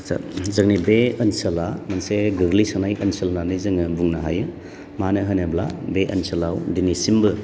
आच्चा जोंनि बे ओनसोला मोनसे गोग्लैसोनाय ओनसोल होननानै जोङो बुंनो हायो मानो होनोब्ला बे ओनसोलाव दिनैसिमबो